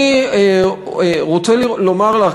אני רוצה לומר לך,